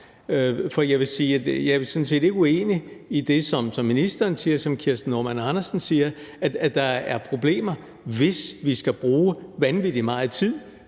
siger, og som fru Kirsten Normann Andersen siger: at det er et problem, hvis vi skal bruge vanvittig meget tid